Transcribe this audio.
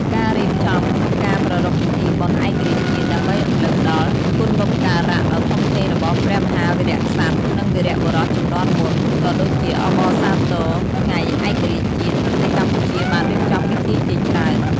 ការរៀបចំក្នុងការប្រារព្ធពិធីបុណ្យឯករាជ្យជាតិដើម្បីរំលឹកដល់គុណូបការៈដ៏ធំធេងរបស់ព្រះមហាវីរក្សត្រ និងវីរបុរសជំនាន់មុន ក៏ដូចជាអបអរសាទរថ្ងៃឯករាជ្យជាតិ ប្រទេសកម្ពុជាបានរៀបចំពិធីជាច្រើន។